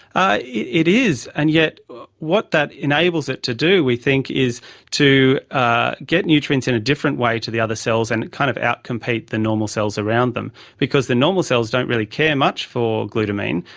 ah it it is, and yet what that enables it to do we think is to ah get nutrients in a different way to the other cells and kind of outcompete the normal cells around them, because the normal cells don't really care much for glutamine,